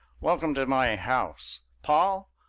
welcome to my house! paul,